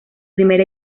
primer